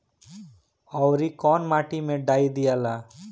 औवरी कौन माटी मे डाई दियाला?